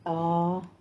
orh